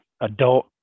adult